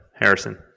Harrison